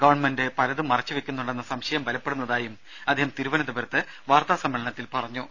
government പലതും മറച്ചുവയ്ക്കുന്നുണ്ടെന്ന സംശയം ബലപ്പെടുന്നതായും അദ്ദേഹം തിരുവനന്തപുരത്ത് വാർത്താ സമ്മേളനത്തിൽ പറഞ്ഞു